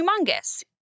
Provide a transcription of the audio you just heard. humongous